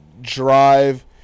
drive